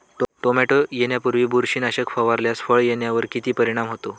Tomato येण्यापूर्वी बुरशीनाशक फवारल्यास फळ येण्यावर किती परिणाम होतो?